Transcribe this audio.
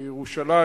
מירושלים,